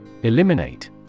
Eliminate